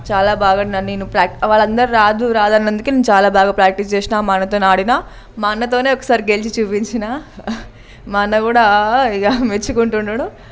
చాలా బాగా ఆడినా నేను ప్రా వాళ్ళందరు రాదు రాదు అన్నందుకు నేను బాగా ప్రాక్టీస్ చేసినాను మా అన్నతో ఆడిన మా అన్నతో ఒకసారి గెలిచి చూపించినాను మా అన్న కూడా తెగ మెచ్చుకున్నాడు